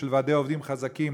של ועדי עובדים חזקים